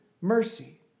mercy